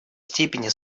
степени